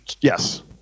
Yes